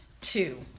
two